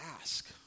ask